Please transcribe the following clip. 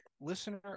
Listener